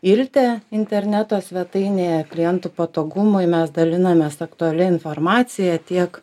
ilte interneto svetainėje klientų patogumui mes dalinamės aktualia informacija tiek